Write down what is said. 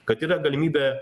kad yra galimybė